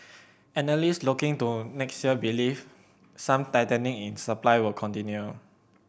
analysts looking to next year believe some tightening in supply will continue